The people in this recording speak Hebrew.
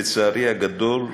לצערי הגדול,